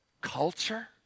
culture